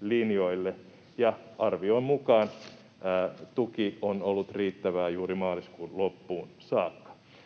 linjoille, ja arvion mukaan tuki on ollut riittävää juuri maaliskuun loppuun saakka.